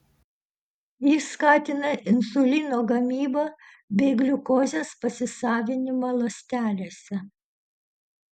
jis skatina insulino gamybą bei gliukozės pasisavinimą ląstelėse